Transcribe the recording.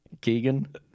Keegan